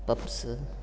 pups